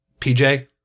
PJ